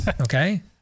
Okay